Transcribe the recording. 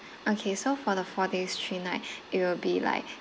okay so for the four days three night it will be like